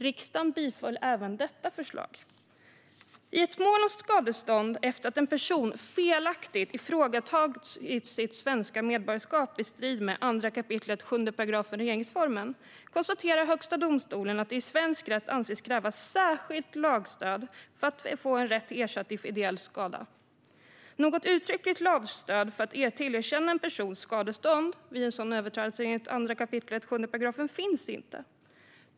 Riksdagen biföll även detta förslag. I ett mål om skadestånd efter att en person felaktigt fråntagits sitt svenska medborgarskap, i strid med 2 kap. 7 § regeringsformen, konstaterar Högsta domstolen att det i svensk rätt anses krävas särskilt lagstöd för att få rätt till ersättning för ideell skada. Något uttryckligt lagstöd för att tillerkänna en person skadestånd vid en överträdelse av 2 kap. 7 § regeringsformen finns inte.